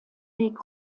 weg